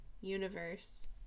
universe